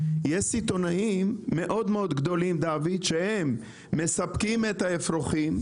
יש סיטונאים מאוד גדולים שהם מספקים את האפרוחים,